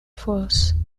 false